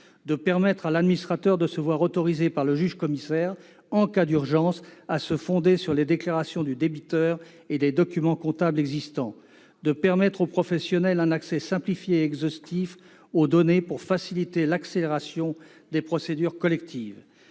de permettre à l'administrateur de se voir autoriser par le juge-commissaire, en cas d'urgence, à se fonder sur les déclarations du débiteur et les documents comptables existants et de permettre aux professionnels un accès simplifié et exhaustif aux données pour faciliter l'accélération des procédures collectives.